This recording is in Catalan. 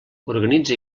organitza